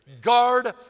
Guard